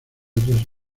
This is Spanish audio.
otras